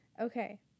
Okay